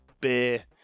beer